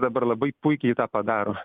dabar labai puikiai tą padaro